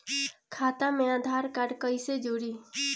खाता मे आधार कार्ड कईसे जुड़ि?